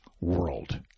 world